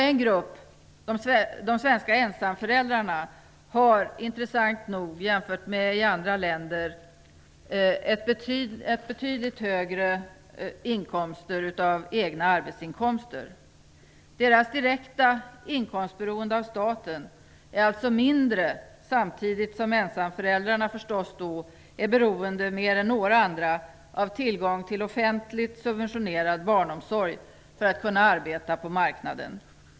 En grupp - de svenska ensamföräldrarna - har intressant nog, jämfört med andra länder, betydligt högre inkomster av egna arbetsinkomster. Deras direkta inkomstberoende av staten är alltså mindre, samtidigt som ensamföräldrarna naturligtvis är mera beroende än någon annan av tillgång till offentligt subventionerad barnomsorg för att kunna arbeta på marknaden.